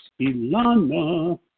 Ilana